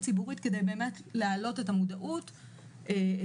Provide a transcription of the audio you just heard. ציבורית כדי באמת להעלות את המודעות לציבור,